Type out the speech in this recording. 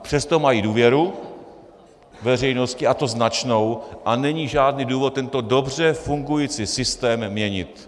Přesto mají důvěru veřejnosti, a to značnou, a není žádný důvod tento dobře fungující systém měnit.